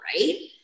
right